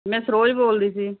ਮੈਂ ਸਰੋਜ ਬੋਲਦੀ ਸੀ